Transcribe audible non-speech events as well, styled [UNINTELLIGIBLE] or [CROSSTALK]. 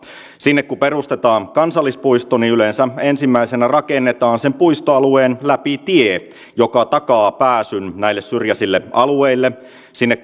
sinne kun perustetaan kansallispuisto niin yleensä ensimmäisenä rakennetaan sen puistoalueen läpi tie joka takaa pääsyn näille syrjäisille alueille sinne [UNINTELLIGIBLE]